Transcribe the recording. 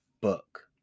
book